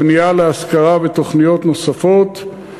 הבנייה להשכרה ותוכניות נוספות.